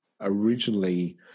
originally